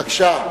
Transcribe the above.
בבקשה.